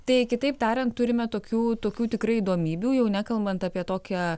tai kitaip tariant turime tokių tokių tikrai įdomybių jau nekalbant apie tokią